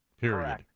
period